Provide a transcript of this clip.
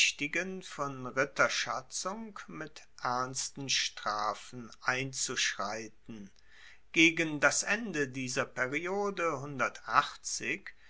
von ritterschatzung mit ernsten strafen einzuschreiten gegen das ende dieser periode